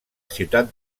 ciutat